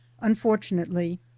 Unfortunately